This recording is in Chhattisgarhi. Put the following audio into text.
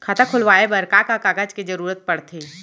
खाता खोलवाये बर का का कागज के जरूरत पड़थे?